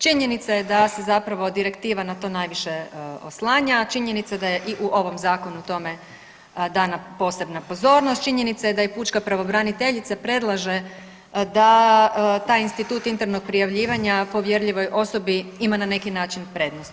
Činjenica je da se zapravo Direktiva na to najviše oslanja, činjenica da je i u ovom Zakonu tome dana posebna pozornost, činjenica je da i pučka pravobraniteljica predlaže da taj institut internog prijavljivanja povjerljivoj osobi ima na neki način prednost.